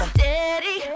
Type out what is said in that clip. Steady